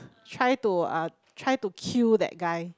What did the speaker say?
try to uh try to kill that guy